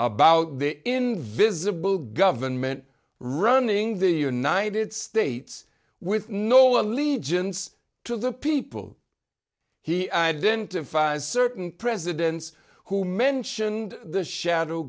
the invisible government running the united states with no allegiance to the people he identifies certain presidents who mentioned the shadow